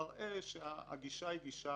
מראה שהגישה היא גישה